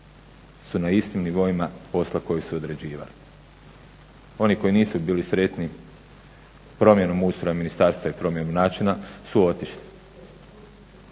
su na istim nivoima posla koji su odrađivali, oni koji nisu bili sretni promjenom ustroja ministarstva i promjenom načina su otišli.